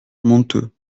monteux